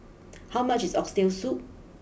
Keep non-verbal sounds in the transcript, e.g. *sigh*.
*noise* how much is Oxtail Soup